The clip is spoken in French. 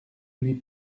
lui